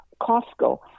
Costco